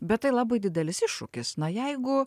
bet tai labai didelis iššūkis na jeigu